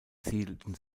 siedelten